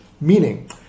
Meaning